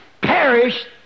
perished